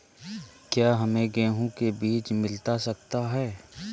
क्या हमे गेंहू के बीज मिलता सकता है?